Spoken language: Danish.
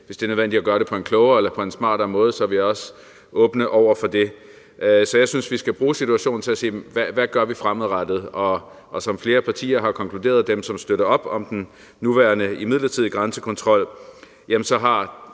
Hvis det er nødvendigt at gøre det på en klogere eller på en smartere måde, er vi også åbne over for det. Så jeg synes, vi skal bruge situationen til at sige: Hvad gør vi fremadrettet? Og som flere partier har konkluderet – af dem, som støtter op om den nuværende midlertidige grænsekontrol – så har